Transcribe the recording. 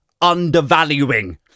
undervaluing